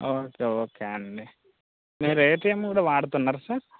okay okay అండి మీరు ATM కూడా వాడుతున్నారా సార్